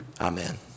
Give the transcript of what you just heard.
Amen